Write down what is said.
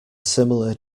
similar